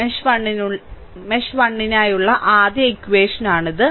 mesh 1 നായുള്ള ആദ്യ equation ആണിത്